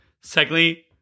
secondly